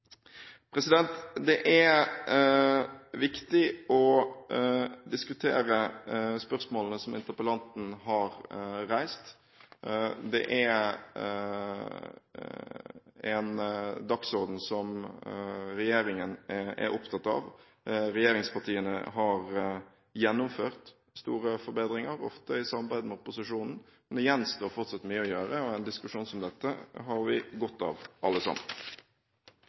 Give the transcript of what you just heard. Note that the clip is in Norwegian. Det er viktig å diskutere spørsmålene som interpellanten har reist. Det er en dagsorden som regjeringen er opptatt av. Regjeringspartiene har gjennomført store forbedringer, ofte i samarbeid med opposisjonen, men det gjenstår fortsatt mye, og en diskusjon som dette har vi godt av alle sammen.